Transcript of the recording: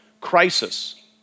crisis